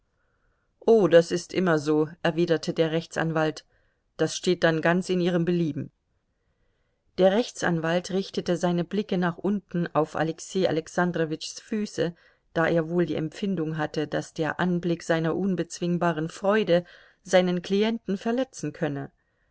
oh das ist immer so erwiderte der rechtsanwalt das steht dann ganz in ihrem belieben der rechtsanwalt richtete seine blicke nach unten auf alexei alexandrowitschs füße da er wohl die empfindung hatte daß der anblick seiner unbezwingbaren freude seinen klienten verletzen könne